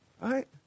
Right